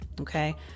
okay